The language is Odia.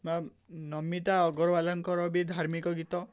ବା ନମିତା ଅଗ୍ରୱାଲାଙ୍କର ବି ଧାର୍ମିକ ଗୀତ